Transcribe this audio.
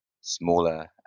smaller